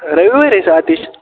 रविवार येतो आतिश